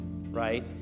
right